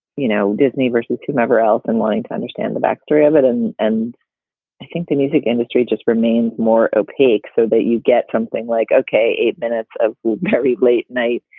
you know, disney versus whomever else and wanting to understand the backstory of it. and and i think the music industry just remains more opaque so that you get something like, ok, eight minutes of very late night